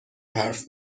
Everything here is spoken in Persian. حرف